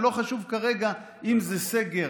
ולא חשוב כרגע אם זה סגר,